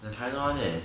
the china one leh